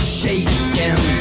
shaking